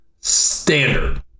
standard